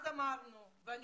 אז אמרנו, ואני